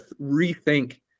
rethink